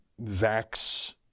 vax